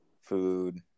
food